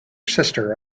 sister